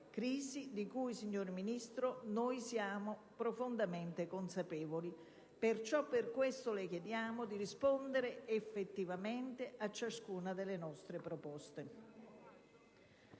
di cui, signor Ministro, noi siamo profondamente consapevoli. Per questo le chiediamo di rispondere effettivamente a ciascuna delle nostre proposte.